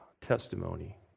testimony